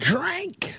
Drink